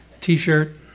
T-shirt